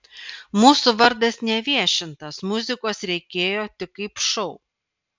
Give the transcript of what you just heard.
mūsų vardas neviešintas muzikos reikėjo tik kaip šou